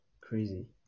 Crazy